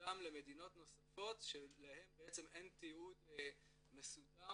גם למדינות נוספות שלהן בעצם אין תיעוד מסודר.